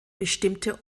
bestimmte